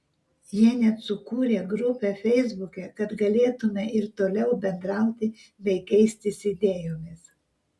jie net sukūrė grupę feisbuke kad galėtumėme ir toliau bendrauti bei keistis idėjomis